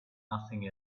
nothing